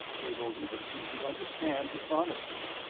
they don't even seem to understand dishonesty.